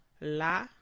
la